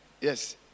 yes